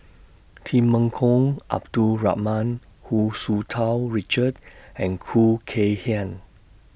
Temenggong Abdul Rahman Hu Tsu Tau Richard and Khoo Kay Hian